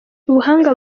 ubuhanga